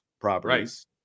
properties